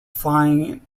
flying